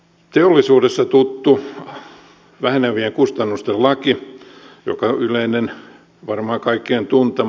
teollisuudesta tutun vähenevien kustannusten lain joka on yleinen varmaan kaikkien tuntema